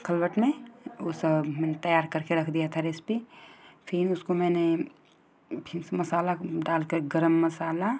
खलबट में वह सब मैंने तैयार करके रख दिया था रेसिपी फिर उसको मैंने फिर उसमें मसाला डालकर गरम मसाला